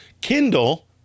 kindle